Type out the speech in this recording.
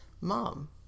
Mom